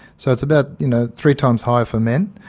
so it's about you know three times higher for men.